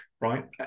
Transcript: Right